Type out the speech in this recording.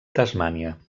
tasmània